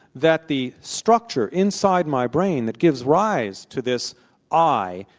that the structure inside my brain that gives rise to this i,